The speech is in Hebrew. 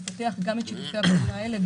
לפתח גם את שיתופי הפעולה הללו,